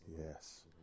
Yes